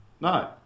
No